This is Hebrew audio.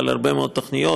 על הרבה מאוד תוכניות,